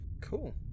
Cool